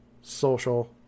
social